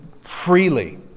freely